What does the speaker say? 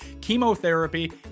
chemotherapy